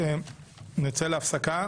ההמלצה שלנו היא להעביר לוועדת הכספים.